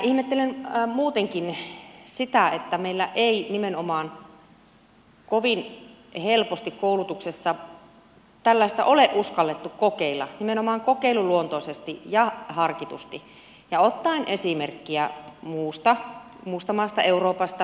ihmettelen muutenkin sitä että meillä ei nimenomaan kovin helposti koulutuksessa tällaista ole uskallettu kokeilla nimenomaan kokeiluluontoisesti ja harkitusti ja ottaen esimerkkiä muista maista euroopasta pohjoismaista